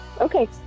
Okay